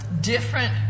different